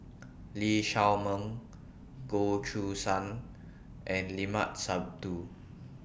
Lee Shao Meng Goh Choo San and Limat Sabtu